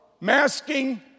masking